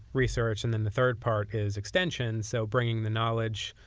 research, and then the third part is extension, so bringing the knowledge,